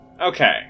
Okay